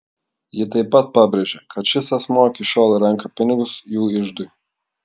ji taip pat pabrėžė kad šis asmuo iki šiol renka pinigus jų iždui